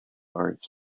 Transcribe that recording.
arts